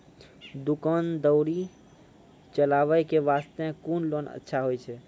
दुकान दौरी चलाबे के बास्ते कुन लोन अच्छा होय छै?